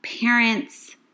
parents